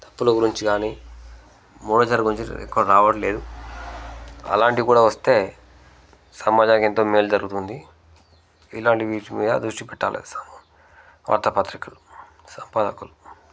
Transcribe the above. తప్పుల గురించి గానీ మూడధర్ గురించి ఎక్కువ రావట్లేదు అలాంటివి కూడా వస్తే సమాజానికి ఎంతో మేలు జరుగుతుంది ఇలాంటి న్యూస్ మీద దృష్టి పెట్టాలి వార్తా పత్రికలు సంపాదకులు